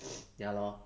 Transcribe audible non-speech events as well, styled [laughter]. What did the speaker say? [noise] ya lor